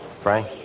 Frank